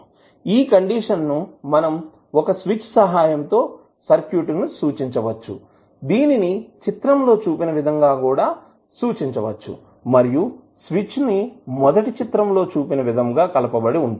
ఈ కండిషన్ ను మనం ఒక స్విచ్ సహాయం తో సర్క్యూట్ సూచించవచ్చు దీనిని చిత్రం లో చూపిన విధంగా కూడా సూచించవచ్చు మరియు స్విచ్ ని మొదట చిత్రం లో చూపిన విధంగా కలుపబడి ఉంటుంది